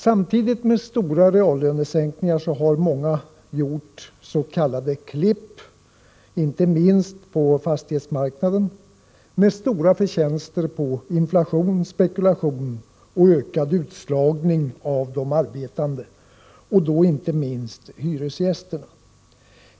Samtidigt med stora reallönesänkningar har många gjort s.k. klipp, inte minst på fastighetsmarknaden, med stora förtjänster på inflation, spekulation och ökad utslagning av de arbetande och då inte minst hyresgästerna.